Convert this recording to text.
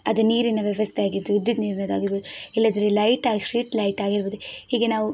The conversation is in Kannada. ಅದು ನೀರಿನ ವ್ಯವಸ್ಥೆಯಾಗಿದ್ದು ವಿದ್ಯುತ್ ನೀರಿನದ್ದಾಗಿರ್ಬೋದು ಇಲ್ಲಂದ್ರೆ ಲೈಟ್ ಆಗಿ ಸ್ಟ್ರೀಟ್ ಲೈಟ್ ಆಗಿರ್ಬೋದು ಹೀಗೆ ನಾವು